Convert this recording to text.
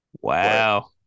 wow